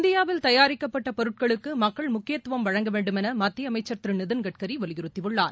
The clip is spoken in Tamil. இந்தியாவில் தயாரிக்கப்பட்ட பொருட்களுக்கு மக்கள் முக்கியத்துவம் வழங்கவேண்டும் என மத்திய அமைச்சர் திரு நிதின் கட்கரி வலியுறுத்தியுள்ளார்